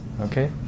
Okay